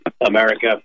America